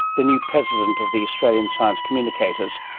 the new president of the australian science communicators,